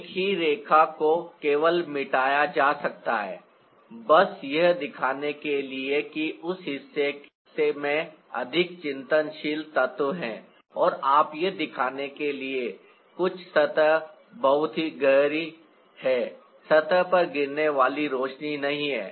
एक ही रेखा को केवल मिटाया जा सकता है बस यह दिखाने के लिए कि उस हिस्से में अधिक चिंतनशील तत्व हैं और आप यह दिखाने के लिए कि कुछ सतह बहुत ही गहरी है सतह पर गिरने वाली रोशनी नहीं है